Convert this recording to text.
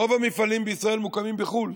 רוב המפעלים בישראל מוקמים בחו"ל.